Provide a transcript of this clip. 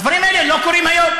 הדברים האלה לא קורים היום.